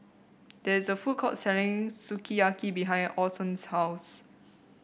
there is a food court selling Sukiyaki behind Orson's house